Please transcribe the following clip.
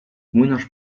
młynarz